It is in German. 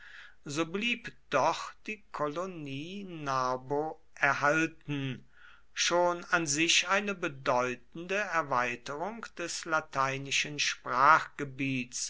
so blieb doch die kolonie narbo erhalten schon an sich eine bedeutende erweiterung des lateinischen